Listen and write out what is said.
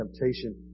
temptation